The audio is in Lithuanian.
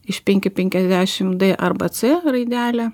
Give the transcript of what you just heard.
iš penki penkiasdešim d arba c raidelė